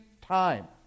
time